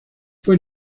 fue